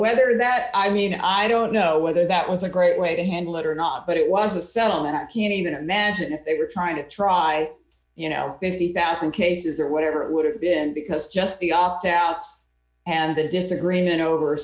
whether that i mean i don't know whether that was a great way to handle it or not but it was a settlement that can't even imagine if they were trying to try you know fifty thousand cases or whatever it would have been because just the opt outs and the disagreement over